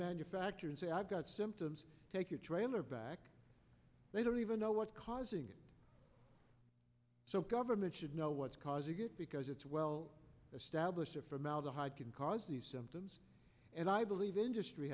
manufacturer and say i've got symptoms take your trailer back they don't even know what's causing it so government should know what's causing it because it's well established a formaldehyde can cause these symptoms and i believe industry